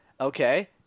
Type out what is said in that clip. Okay